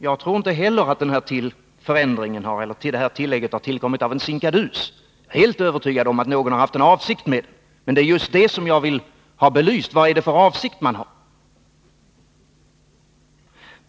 Fru talman! Jag tror inte heller att det här tillägget har tillkommit av en sinkadus. Jag är helt övertygad om att någon har haft en avsikt med det. Det är just den saken som jag vill ha belyst. Vad är det för avsikt man har?